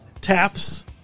taps